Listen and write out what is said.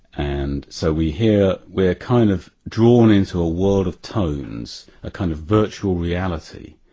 and so we hear, we're kind of drawn into a world of tones, a kind of virtual reality.